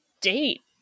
date